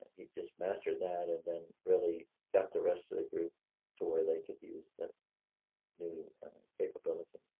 he just mastered that, and then really got the rest of the group to where they could use the new capability.